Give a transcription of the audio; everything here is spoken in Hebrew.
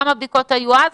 כמה בדיקות היו אז,